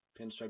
Pinstripe